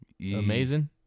Amazing